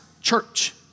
church